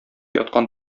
яткан